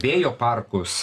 vėjo parkus